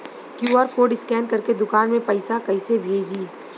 QR code scan करके दुकान में पैसा कइसे भेजी?